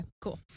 cool